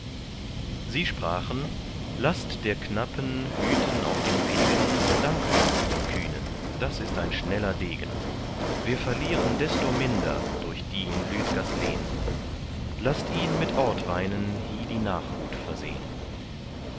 sie sprachen laßt der knappen hüten auf den wegen dankwart den kühnen das ist ein schneller degen wir verlieren desto minder durch die in lüdgers lehn laßt ihn mit ortweinen hie die nachhut versehn